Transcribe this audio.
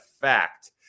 fact